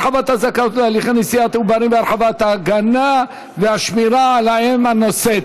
הרחבת הזכאות להליכי נשיאת עוברים והרחבת ההגנה והשמירה על האם הנושאת),